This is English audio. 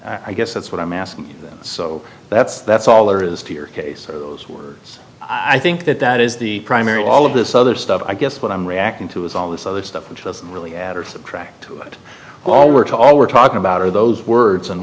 i guess that's what i'm asking so that's that's all there is to your case so i think that that is the primary all of this other stuff i guess what i'm reacting to is all this other stuff which doesn't really add or subtract it all works all we're talking about are those words and